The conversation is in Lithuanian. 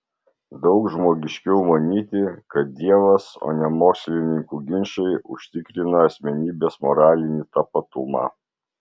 daug žmogiškiau manyti kad dievas o ne mokslininkų ginčai užtikrina asmenybės moralinį tapatumą